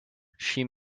she